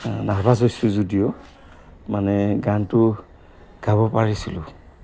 nervous হৈছোঁ যদিও মানে গানটো গাব পাৰিছিলোঁ